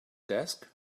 desk